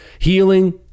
Healing